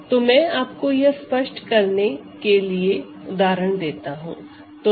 तो मैं आपको यह स्पष्ट करने के लिए कुछ उदाहरण देता हूं